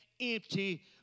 empty